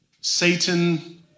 Satan